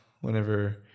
whenever